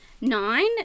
nine